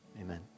Amen